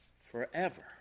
forever